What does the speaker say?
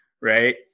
right